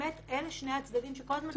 אלה שני הצדדים שכל הזמן צריך לשמור.